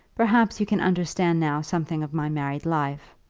perhaps you can understand now something of my married life.